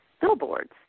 billboards